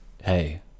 Hey